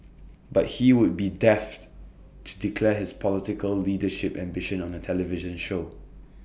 but he would be daft to declare his political leadership ambitions on A television show